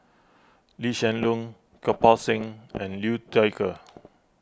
Lee Hsien Loong Kirpal Singh and Liu Thai Ker